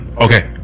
okay